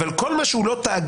אבל לגבי כל מה שהוא לא תאגיד,